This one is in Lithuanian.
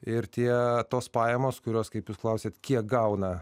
ir tie tos pajamos kurios kaip jūs klausėt kiek gauna